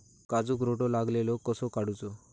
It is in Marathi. काजूक रोटो लागलेलो कसो काडूचो?